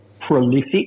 prolific